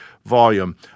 Volume